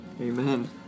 Amen